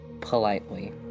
politely